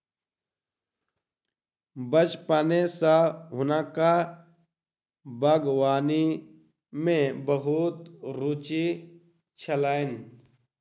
बचपने सॅ हुनका बागवानी में बहुत रूचि छलैन